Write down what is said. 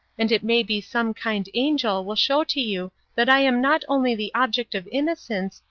and it may be some kind angel will show to you that i am not only the object of innocence,